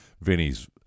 Vinny's